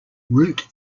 route